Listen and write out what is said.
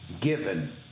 given